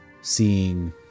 Seeing